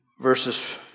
verses